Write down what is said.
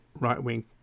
right-wing